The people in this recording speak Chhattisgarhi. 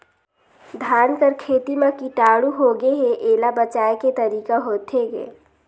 धान कर खेती म कीटाणु होगे हे एला बचाय के तरीका होथे गए?